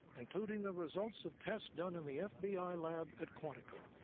including the results of tests done in the ah fbi lab at quantico.